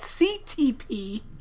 CTP